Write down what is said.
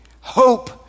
Hope